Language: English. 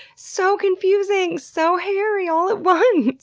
so confusing. so hairy, all at once!